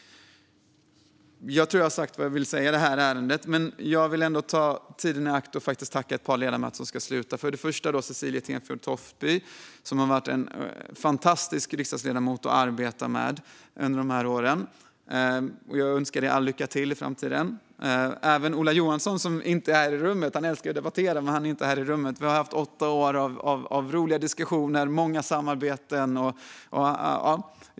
Jag har nog sagt vad jag vill säga i det här ärendet, men jag vill ta tillfället i akt att tacka ett par ledamöter som ska sluta. Först är det Cecilie Tenfjord Toftby, som har varit en fantastisk riksdagsledamot att arbeta tillsammans med under dessa år. Jag önskar dig all lycka till i framtiden! Även Ola Johansson vill jag tacka. Han älskar ju att debattera, men han är inte här i rummet nu. Vi har haft åtta år av roliga diskussioner och många samarbeten.